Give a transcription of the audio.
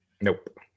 Nope